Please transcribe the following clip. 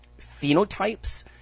phenotypes